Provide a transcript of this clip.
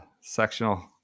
sectional